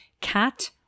CAT